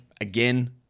Again